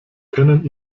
können